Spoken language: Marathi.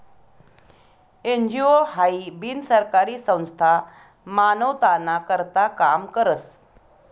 एन.जी.ओ हाई बिनसरकारी संस्था मानवताना करता काम करस